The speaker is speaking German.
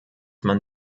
man